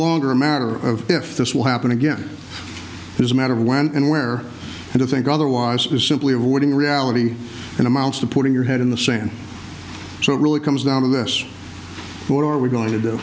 longer a matter of if this will happen again it is a matter of when and where and to think otherwise is simply avoiding reality and amounts to putting your head in the sand so it really comes down to this who are we going to do